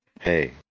Hey